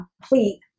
complete